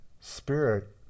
spirit